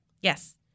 Yes